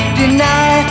deny